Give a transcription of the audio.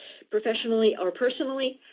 professionally or personally,